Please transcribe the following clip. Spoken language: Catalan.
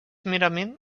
merament